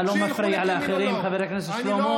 אתה לא מפריע לאחרים, חבר הכנסת שלמה?